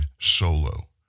solo